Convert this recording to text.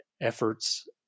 efforts